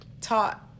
taught